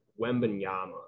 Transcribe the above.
Wembenyama